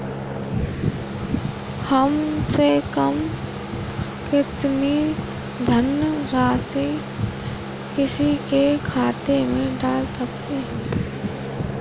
कम से कम कितनी धनराशि किसी के खाते में डाल सकते हैं?